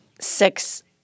Six